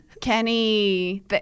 Kenny